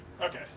Okay